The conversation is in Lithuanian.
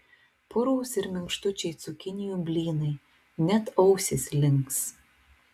purūs ir minkštučiai cukinijų blynai net ausys links